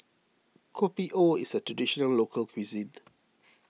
Kopi O is a Traditional Local Cuisine